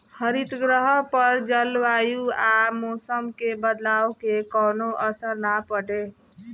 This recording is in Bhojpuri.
हरितगृह पर जलवायु आ मौसम के बदलाव के कवनो असर ना पड़े